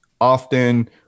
often